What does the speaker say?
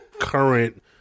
current